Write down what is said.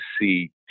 see